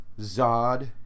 Zod